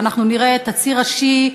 ואנחנו נראה את הציר השיעי,